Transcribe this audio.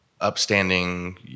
upstanding